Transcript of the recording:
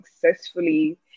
successfully